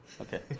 Okay